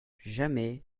jamais